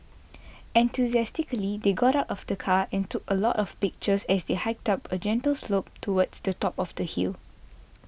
enthusiastically they got out of the car and took a lot of pictures as they hiked up a gentle slope towards the top of the hill